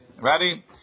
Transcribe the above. Ready